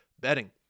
betting